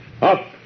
Up